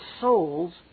souls